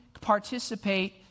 participate